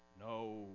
No